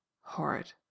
Horrid